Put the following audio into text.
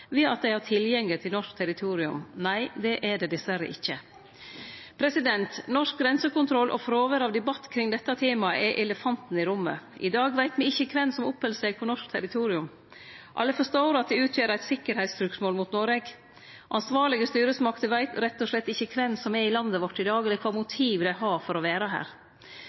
ved at dei har tilgjenge til norsk territorium? Nei, det er det dessverre ikkje. Norsk grensekontroll og fråværet av debatt kring dette temaet er elefanten i rommet. I dag veit me ikkje kven som oppheld seg på norsk territorium. Alle forstår at det utgjer eit sikkerheitstrugsmål mot Noreg. Ansvarlege styresmakter veit rett og slett ikkje kven som er i landet vårt i dag, eller kva motiv dei har for å vere her.